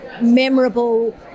memorable